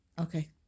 Okay